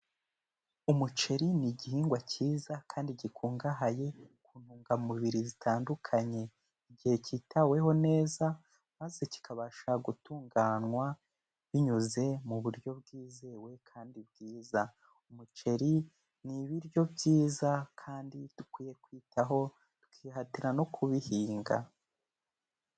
Umuceri ni igihingwa cyiza kandi gikungahaye ku ntungamubiri zitandukanye, igihe kitaweho neza maze kikabasha gutunganywa binyuze mu buryo bwizewe kandi bwiza, umuceri ni ibiryo byiza kandi dukwiye kwitaho tukihatira no kubihinga.